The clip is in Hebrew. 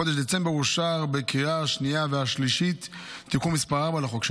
בחודש דצמבר אושר בקריאה השנייה והשלישית תיקון מס' 4 לחוק,